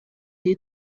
they